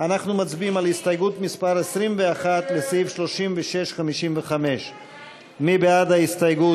אנחנו מצביעים על הסתייגות מס' 21 לסעיף 36(56). מי בעד ההסתייגות?